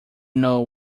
know